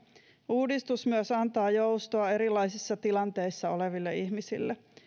uudistus myös antaa joustoa erilaisissa tilanteissa oleville ihmisille